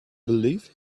believe